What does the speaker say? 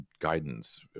guidance